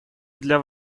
для